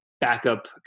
backup